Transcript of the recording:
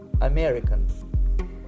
american